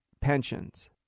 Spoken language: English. pensions